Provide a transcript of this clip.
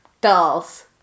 Dolls